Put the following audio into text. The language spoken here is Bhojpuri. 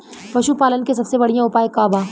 पशु पालन के सबसे बढ़ियां उपाय का बा?